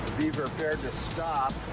be prepared to stop.